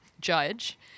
Judge